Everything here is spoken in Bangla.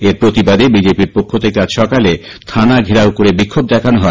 এর প্রতিবাদে বিজেপির পক্ষ থেকে আজ সকালে থানা ঘেরাও করে বিক্ষোভ দেখানো হয়